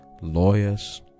lawyers